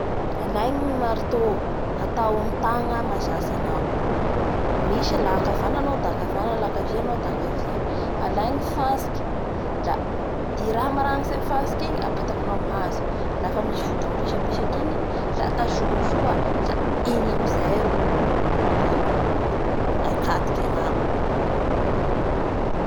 Alay ny marto, atao amin'ny tagna mazatsy anao misy a akavana anao da akavana, la kavia anao da akavia, da alay ny fantsiky a i raha marangitry amin'ny fantsiky igny apetakinao amin'ny hazo la i vodiny pisapisaky igny a tazomy soa igny amizay ro ak-akatoky agnaminy.